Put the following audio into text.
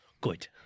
Good